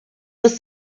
was